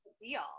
deal